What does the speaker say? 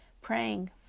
praying